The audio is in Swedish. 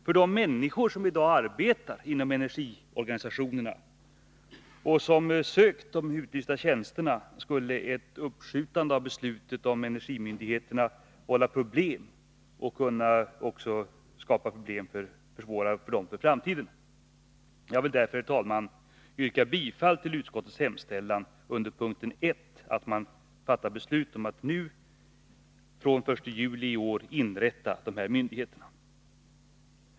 För de människor som i dag arbetar inom energiorganisationerna och som har sökt de utlysta tjänsterna skulle ett uppskjutande av beslutet om energimyndigheterna vålla problem och försvåra för framtiden. Jag vill därför, herr talman, yrka bifall till utskottets hemställan under punkt 1, vilket innebär att vi nu fattar beslut om att från den 1 juli i år inrätta dessa myndigheter.